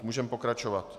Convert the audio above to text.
Můžeme pokračovat.